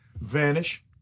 Vanish